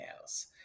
else